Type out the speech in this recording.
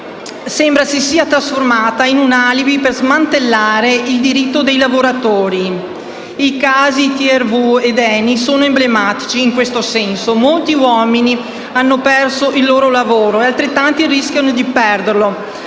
sembra si sia trasformata in un alibi per smantellare i diritti dei lavoratori. I casi TRW e ENI sono emblematici in questo senso. Molti uomini hanno perso il loro lavoro e altrettanti rischiano di perderlo